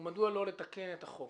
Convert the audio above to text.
ומדוע לא לתקן את החוק?